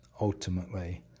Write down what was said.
ultimately